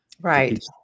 Right